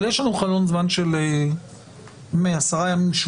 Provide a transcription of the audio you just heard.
אבל יש לנו חלון זמן של 10 ימים-שבועיים,